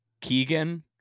Keegan